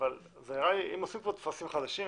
אם עושים כאן טפסים חדשים,